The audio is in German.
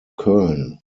köln